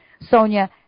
Sonia